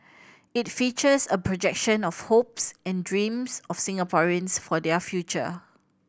it features a projection of hopes and dreams of Singaporeans for their future